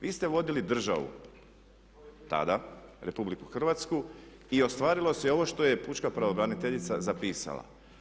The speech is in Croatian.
Vi ste vodili državu tada RH i ostvarilo se ovo što je pučka pravobraniteljica zapisala.